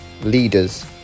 Leaders